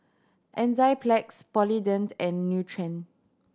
Enzyplex Polident and Nutren